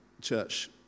church